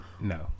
no